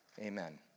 Amen